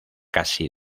casi